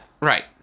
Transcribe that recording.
right